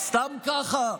סתם ככה?